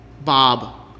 Bob